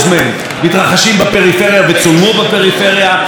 47% מהם היו של במאים בסרט ראשון.